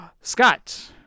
Scott